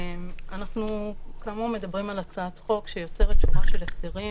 אנחנו כאמור מדברים על הצעת חוק שיוצרת שורה של הסדרים,